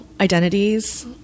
identities